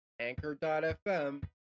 anchor.fm